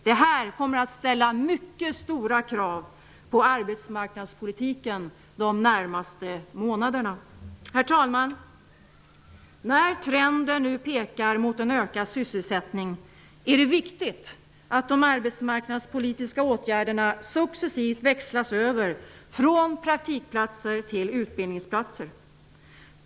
Det här kommer att ställa mycket stora krav på arbetsmarknadspolitiken under de närmaste månaderna. Herr talman! När trenden nu pekar mot en ökad sysselsättning är det viktigt att de arbetsmarknadspolitiska åtgärderna successivt växlas över från praktikplatser till utbildningsplatser.